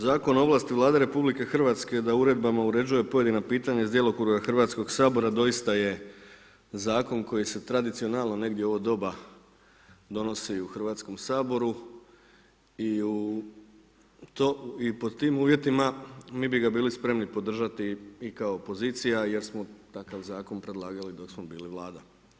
Zakon u ovlasti Vlade RH je da uredbama uređuje pojedina pitanja iz djelokruga Hrvatskoga sabora doista je zakon koji se tradicionalno negdje u ovo doba donosi u Hrvatskom saboru i pod tim uvjetima mi bi ga bili spremni podržati i kao pozicija jer smo takav zakon predlagali dok smo bili Vlada.